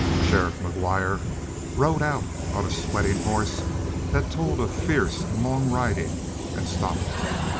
sheriff mcguire rode out on a sweating horse that told of fierce and long riding and stopped her.